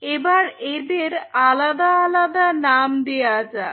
এবার এদের আলাদা আলাদা নাম দেওয়া যাক